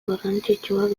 garrantzitsuak